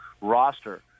roster